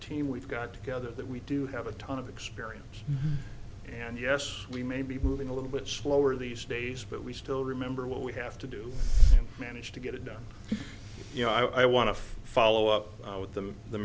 team we've got together that we do have a ton of experience and yes we may be moving a little bit slower these days but we still remember what we have to do manage to get it done you know i want to follow up with them the